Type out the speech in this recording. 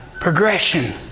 progression